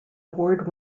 award